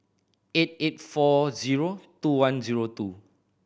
eight eight four zero two one zero two